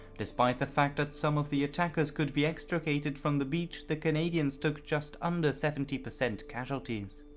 despite the fact that some of the attackers could be extricated from the beach, the canadians took just under seventy percent casualties.